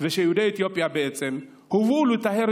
ושיהודי אתיופיה בעצם הובאו לטהר את